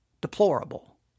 deplorable